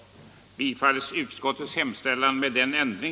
Överläggningen var härmed slutad. den det ej vill röstar nej.